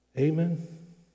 Amen